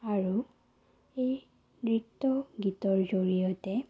আৰু এই নৃত্য গীতৰ জৰিয়তে